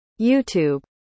YouTube